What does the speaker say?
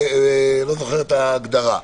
לא זוכר את ההגדרה.